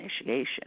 initiation